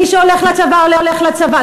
מי שהולך לצבא הולך לצבא.